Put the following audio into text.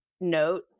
note